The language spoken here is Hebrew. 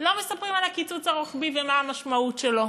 ולא מספרים על הקיצוץ הרוחבי ומה המשמעות שלו,